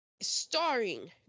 Starring